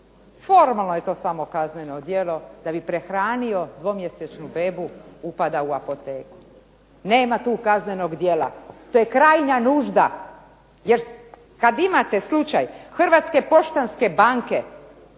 formalno je to samo kazneno djelo, da bi prehranio 2-mjesečnu bebu upada u apoteku. Nema tu kaznenog djela! To je krajnja nužda! Jer kad imate slučaj "Hrvatske poštanske banke"